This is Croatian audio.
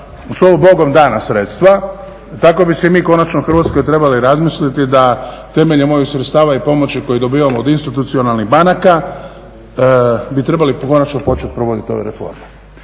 su ovo bogom dana sredstva tako bi si i mi u Hrvatskoj konačno trebali razmisliti da temeljem ovih sredstva i pomoći koje dobivamo od institucionalnih banaka bi trebali konačno početi provoditi ove reforme.